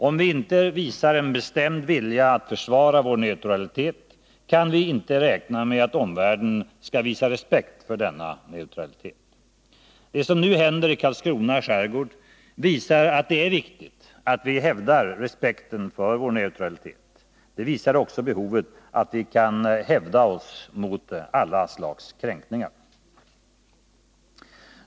Om vi inte visar en bestämd vilja att försvara vår neutralitet kan vi inte räkna med att omvärlden skall visa respekt för denna. Det som nu händer i Karlskrona skärgård visar att det är viktigt att vi hävdar respekten för vår neutralitet. Det visar också behovet av att reagera mot alla slags kränkningar.